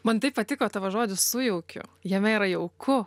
man taip patiko tavo žodis sujaukiu jame yra jauku taip